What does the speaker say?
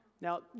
Now